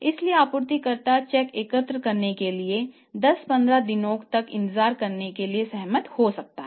इसलिए आपूर्तिकर्ता चेक एकत्र करने के लिए और 10 15 दिनों तक इंतजार करने के लिए सहमत हो सकता है